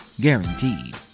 Guaranteed